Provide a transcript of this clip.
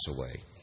away